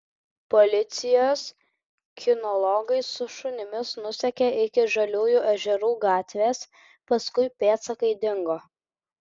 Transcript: policijos kinologai su šunimis nusekė iki žaliųjų ežerų gatvės paskui pėdsakai dingo